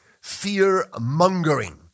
fear-mongering